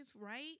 right